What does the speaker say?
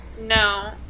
No